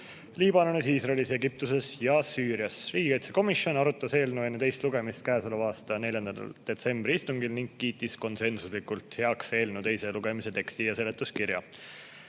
Liibanonis, Iisraelis, Egiptuses ja Süürias. Riigikaitsekomisjon arutas eelnõu enne teist lugemist käesoleva aasta 4. detsembri istungil ning kiitis konsensuslikult heaks eelnõu teise lugemise teksti ja seletuskirja.